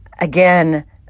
Again